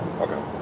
Okay